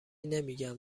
نمیگم